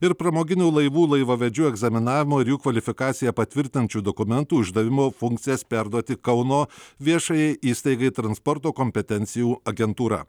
ir pramoginių laivų laivavedžių egzaminavimo ir jų kvalifikaciją patvirtinančių dokumentų išdavimo funkcijas perduoti kauno viešajai įstaigai transporto kompetencijų agentūra